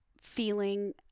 feeling